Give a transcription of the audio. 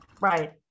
right